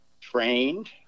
trained